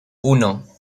uno